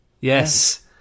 Yes